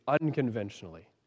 unconventionally